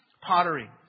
pottery